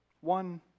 one